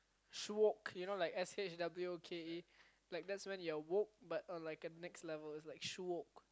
showke you know like S H O W K E like that's where you're like woke but on like a next level is like showke